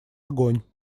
огонь